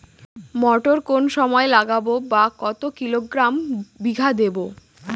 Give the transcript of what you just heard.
মটর কোন সময় লাগাবো বা কতো কিলোগ্রাম বিঘা দেবো?